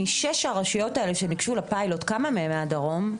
מששת הרשויות שניגשו לפיילוט, כמה מהן מהדרום?